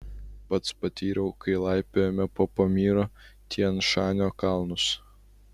pats patyriau kai laipiojome po pamyro tian šanio kalnus